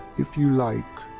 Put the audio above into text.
if you like.